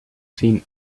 seen